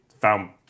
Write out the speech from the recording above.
found